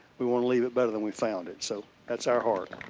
we want to leave it better than we found it. so that's our heart.